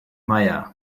meier